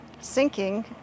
sinking